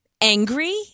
angry